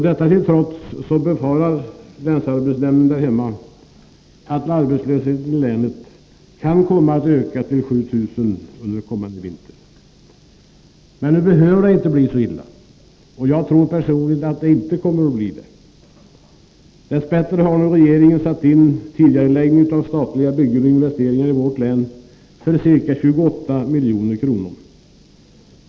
Detta till trots befarar länsarbetsnämnden där hemma att arbetslösheten i länet kan komma att öka till 7 000 under kommande vinter. Men nu behöver det inte bli så illa. Jag tror personligen inte att det kommer att bli på det sättet. Dess bättre har regeringen nu satt in tidigareläggning av statliga byggen och investeringar i vårt län för ca 28 milj.kr.